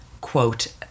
quote